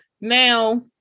now